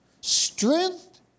Strength